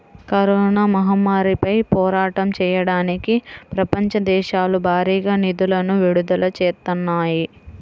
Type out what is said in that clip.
corona మహమ్మారిపై పోరాటం చెయ్యడానికి ప్రపంచ దేశాలు భారీగా నిధులను విడుదల చేత్తన్నాయి